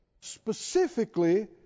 specifically